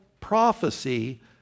prophecy